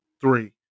three